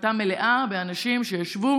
והיא הייתה מלאה באנשים שישבו